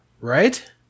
right